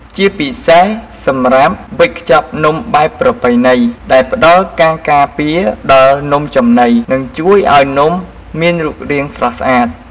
ជាពិសេសសម្រាប់វេចខ្ចប់នំបែបប្រពៃណី ដែលផ្តល់ការការពារដល់នំចំណី និងជួយឱ្យនំមានរូបរាងស្រស់ស្អាត។